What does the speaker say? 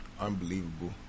unbelievable